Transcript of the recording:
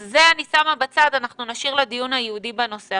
את זה אני שמה בצד ונשאיר את זה לדיון ייעודי בנושא.